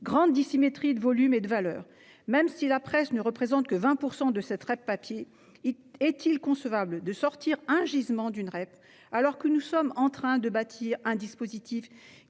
La dissymétrie de volume et de valeur est grande : même si la presse ne représente que 20 % de la REP papier, est-il concevable de sortir un gisement de la filière alors que nous sommes en train de bâtir un dispositif